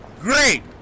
great